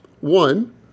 One